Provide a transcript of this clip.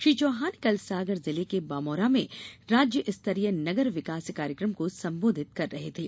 श्री चौहान कल सागर जिले के बमौरा में राज्य स्तरीय नगर विकास कार्यक्रम को संबोधित कर रहे थे